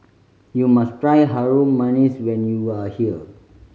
you must try Harum Manis when you are here